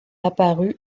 apparus